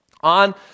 on